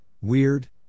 weird